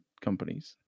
companies